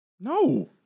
No